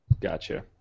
Gotcha